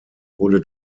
wurde